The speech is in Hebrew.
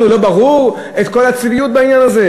לנו לא ברור כל הצביעות בעניין הזה?